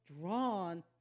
drawn